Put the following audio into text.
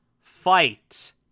fight